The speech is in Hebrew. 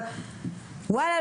אבל וואלה,